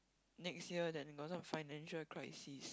next year then got some financial crisis